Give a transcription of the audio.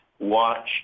watch